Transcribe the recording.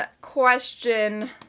question